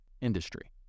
industry